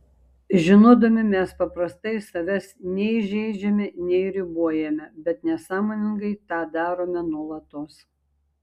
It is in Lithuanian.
žinodami mes paprastai savęs nei žeidžiame nei ribojame bet nesąmoningai tą darome nuolatos